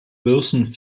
wilson